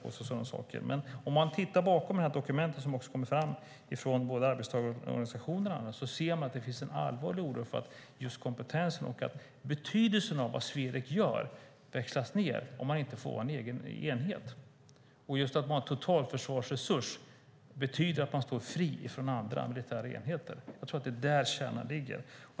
Om man tittar på bakgrunden till det dokument som kommit från arbetstagarorganisationerna och andra ser man att det finns en allvarlig oro för att kompetensen och betydelsen av vad Swedec gör växlas ned om man inte får vara en egen enhet. Att vara en totalförsvarsresurs betyder att man står fri från andra militära enheter. Jag tror att det är det som är kärnan.